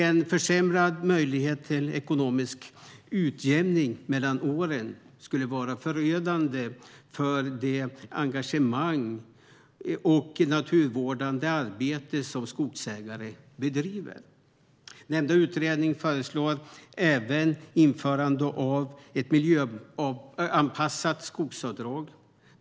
En försämrad möjlighet till ekonomisk utjämning mellan åren skulle vara förödande för skogsägares engagemang och det naturvårdande arbete de bedriver. Nämnda utredning föreslår även införande av ett miljöanpassat skogsavdrag.